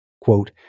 quote